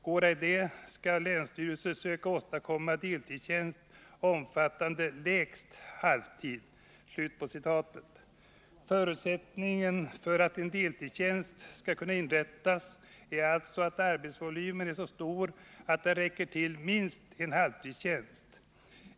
Går ej det, skall länsstyrelse söka åstadkomma deltidstjänst omfattande lägst halvtid.” Förutsättningen för att en deltidstjänst skall inrättas är alltså att arbetsvolymen är så stor att den räcker till minst en halvtidstjänst.